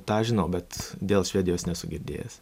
tą žinau bet dėl švedijos nesu girdėjęs